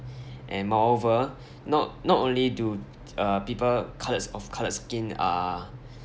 and moreover not not only do uh people colours of coloured skin are